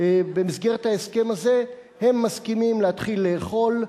במסגרת ההסכם הזה הם מסכימים להתחיל לאכול,